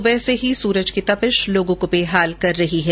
सुबह से ही सूरज की तपिश लोगों को बेहाल करने लगी है